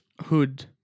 hood